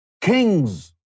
kings